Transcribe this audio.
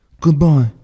Goodbye